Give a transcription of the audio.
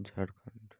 Jharkhand